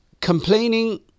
Complaining